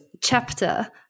chapter